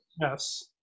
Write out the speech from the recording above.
Yes